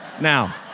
now